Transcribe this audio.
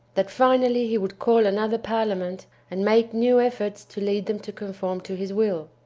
that finally he would call another parliament, and make new efforts to lead them to conform to his will.